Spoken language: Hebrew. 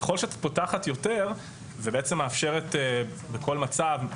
ככל שאת פותחת יותר ובעצם מאפשרת בכל מצב,